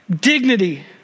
dignity